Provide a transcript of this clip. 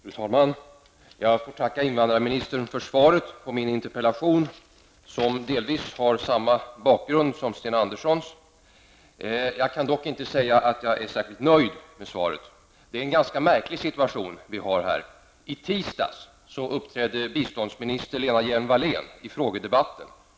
Fru talman! Jag ber att få tacka invandrarministern för svaret på min interpellation som delvis har samma bakgrund som Sten Anderssons i Malmö. Jag kan dock inte säga att jag är särskilt nöjd med svaret. Det är en ganska märklig situation vi har här. I tisdags uppträdde biståndsminister Lena Hjelm Wallén i frågedebatten.